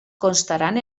constaran